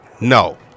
No